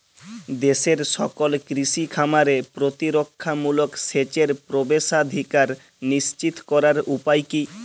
দেশের সকল কৃষি খামারে প্রতিরক্ষামূলক সেচের প্রবেশাধিকার নিশ্চিত করার উপায় কি?